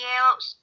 else